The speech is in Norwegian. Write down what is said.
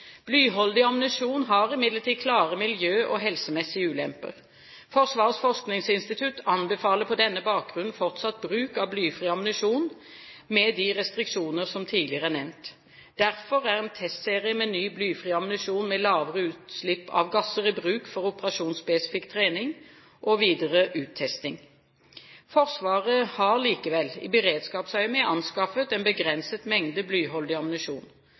Blyholdig ammunisjon har imidlertid klare miljø- og helsemessige ulemper. Forsvarets forskningsinstitutt anbefaler på denne bakgrunn fortsatt bruk av blyfri ammunisjon, med de restriksjoner som tidligere er nevnt. Derfor er en testserie med ny blyfri ammunisjon med lavere utslipp av gasser i bruk for operasjonsspesifikk trening og videre uttesting. Forsvaret har likevel i beredskapsøyemed anskaffet en begrenset mengde blyholdig ammunisjon.